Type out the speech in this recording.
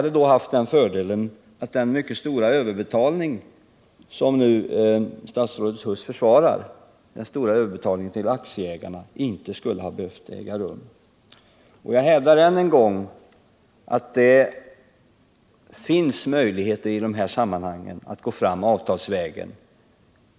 Det hade haft den fördelen att den mycket stora överbetalning till aktieägarna som statsrådet Huss nu försvarar inte skulle ha behövt äga rum. Jag hävdar än en gång att det finns möjligheter att gå fram avtalsvägen.